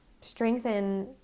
strengthen